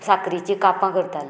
साकरेचीं कापां करतालीं